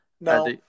No